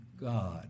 God